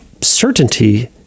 Certainty